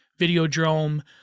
Videodrome